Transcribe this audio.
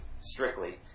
strictly